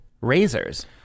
razors